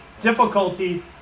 difficulties